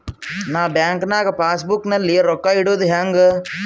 ನಾ ಬ್ಯಾಂಕ್ ನಾಗ passbook ನಲ್ಲಿ ರೊಕ್ಕ ಇಡುದು ಹ್ಯಾಂಗ್?